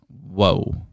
Whoa